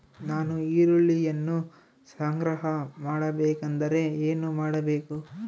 ನಾನು ಈರುಳ್ಳಿಯನ್ನು ಸಂಗ್ರಹ ಮಾಡಬೇಕೆಂದರೆ ಏನು ಮಾಡಬೇಕು?